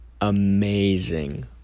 amazing